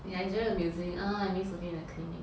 ya it's very amusing ah I miss working in the clinic